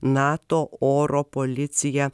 nato oro policiją